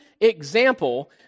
Example